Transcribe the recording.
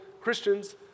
Christians